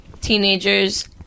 teenagers